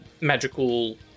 magical